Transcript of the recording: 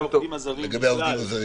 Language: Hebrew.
תשובה לגבי העובדים הזרים בכלל.